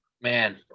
Man